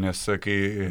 nes kai